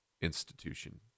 institution